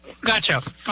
Gotcha